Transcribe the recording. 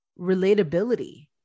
relatability